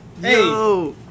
Hey